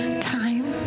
time